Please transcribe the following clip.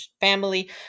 family